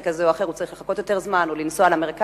כזה או אחר הוא צריך לחכות יותר זמן או לנסוע למרכז.